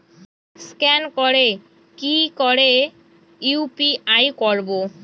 Scan করে কি করে ইউ.পি.আই করবো?